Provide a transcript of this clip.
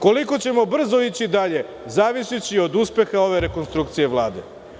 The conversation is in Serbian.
Koliko ćemo brzo ići dalje zavisiće i od uspeha ove rekonstrukcije Vlade.